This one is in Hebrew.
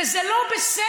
וזה לא בסדר.